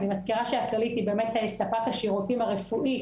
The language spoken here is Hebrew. אני מזכירה שהכללית היא באמת ספק השירותים הרפואי,